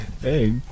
Hey